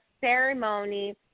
ceremony